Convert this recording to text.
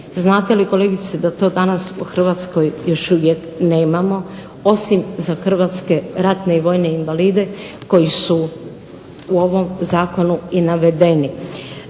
znate li kolegice da to danas u Hrvatskoj još uvijek nemamo osim za Hrvatske ratne vojne invalide koji su u ovom zakonu i navedeni.